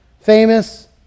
famous